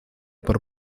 por